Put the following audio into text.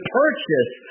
purchase